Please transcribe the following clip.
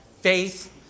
faith